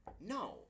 no